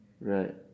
Right